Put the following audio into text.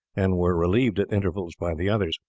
and were relieved at intervals by the others.